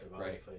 right